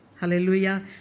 Hallelujah